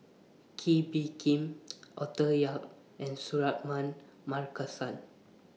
Kee Bee Khim Arthur Yap and Suratman Markasan